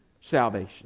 salvation